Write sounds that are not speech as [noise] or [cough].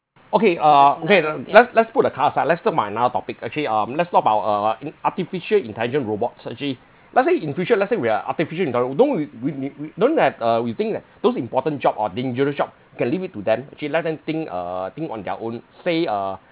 okay uh okay let's let's put the car aside let's look my another topic actually um let's talk about uh what artificial intelligent robots actually let's say in future let's say we have artificial intelli~ don't we we we we don't have uh we think that [breath] those important job or dangerous job we can leave it to them actually let them think uh think on their own say uh